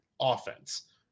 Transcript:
offense